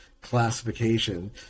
classification